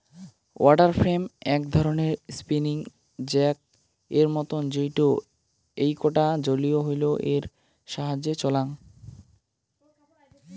water frame এক ধরণের spinning jack এর মতন যেইটো এইকটা জলীয় হুইল এর সাহায্যে চলাং